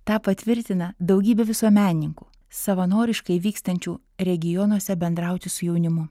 tą patvirtina daugybė visuomenininkų savanoriškai vykstančių regionuose bendrauti su jaunimu